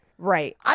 Right